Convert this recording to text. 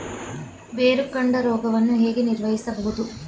ಬೇರುಕಾಂಡ ರೋಗವನ್ನು ಹೇಗೆ ನಿರ್ವಹಿಸಬಹುದು?